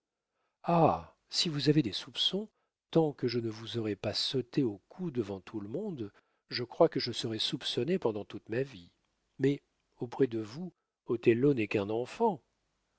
si vous avez des soupçons tant que je ne vous aurai pas sauté au cou devant tout le monde je crois que je serai soupçonnée pendant toute ma vie mais auprès de vous othello n'est qu'un enfant